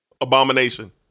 Abomination